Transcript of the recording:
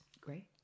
Great